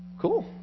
cool